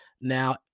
Now